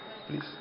please